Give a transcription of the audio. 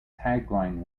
tagline